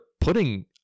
putting